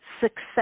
success